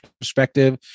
perspective